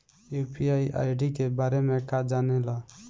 UPI ID के बारे में का जाने ल?